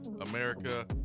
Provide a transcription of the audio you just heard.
America